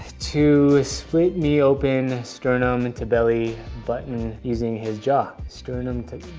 to split me open sternum and to belly button using his jaw. sternum to,